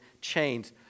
chains